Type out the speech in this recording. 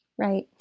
Right